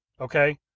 okay